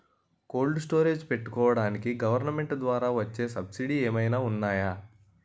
Cold storage పెట్టుకోడానికి government ద్వారా వచ్చే సబ్సిడీ ఏమైనా ఉన్నాయా?